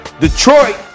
Detroit